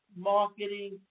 marketing